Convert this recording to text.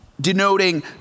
denoting